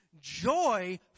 Joy